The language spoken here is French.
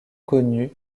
connu